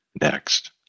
next